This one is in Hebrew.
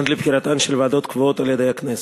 עד לבחירתן של ועדות קבועות על-ידי הכנסת.